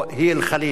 היא אל-חליל,